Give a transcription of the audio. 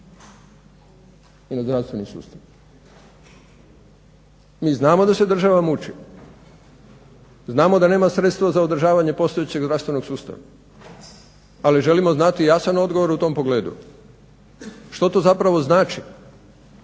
i na zdravstveni sustav. Mi znamo da se država muči, znamo da nema sredstva za održavanje postojećeg zdravstvenog sustava ali želimo znati jasan odgovor u tom pogledu. Što to zapravo znači